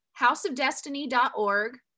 houseofdestiny.org